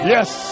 Yes